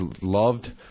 loved